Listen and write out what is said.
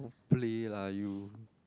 play lah you